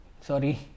sorry